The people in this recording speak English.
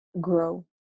grow